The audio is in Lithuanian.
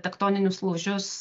tektoninius lūžius